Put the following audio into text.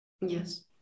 yes